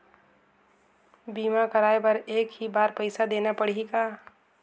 बीमा कराय बर एक ही बार पईसा देना पड़ही का?